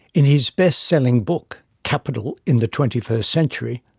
in his best-selling book capital in the twenty-first century,